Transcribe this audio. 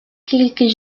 quelques